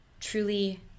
truly